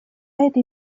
этой